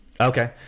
Okay